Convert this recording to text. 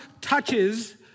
touches